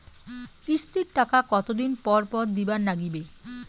কিস্তির টাকা কতোদিন পর পর দিবার নাগিবে?